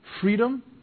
freedom